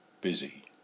busy